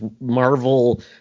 Marvel